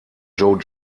joe